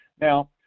Now